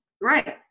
Right